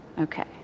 Okay